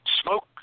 smoke